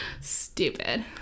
Stupid